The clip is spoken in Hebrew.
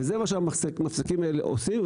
וזה מה שהמפסקים האלה עושים.